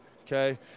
Okay